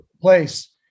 place